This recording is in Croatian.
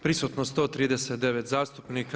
Prisutno 139 zastupnika.